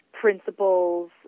principles